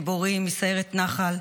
גיבורים מסיירת נח"ל,